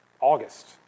August